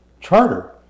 charter